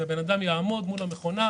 בן אדם יעמוד מול המכונה,